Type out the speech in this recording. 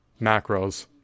macros